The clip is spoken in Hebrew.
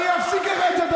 אני לא אתן לך.